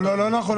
לא נכון.